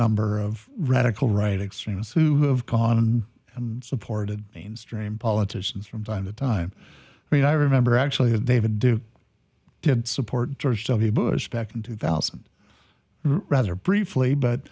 number of radical right extremists who have gone on and supported mainstream politicians from time to time but i remember actually as david did support george w bush back in two thousand rather briefly but